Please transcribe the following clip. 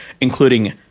including